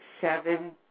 seven